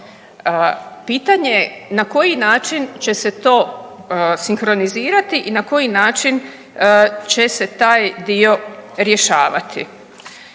Pitanje je na koji način će se to sinkronizirati i na koji način će se taj dio rješavati.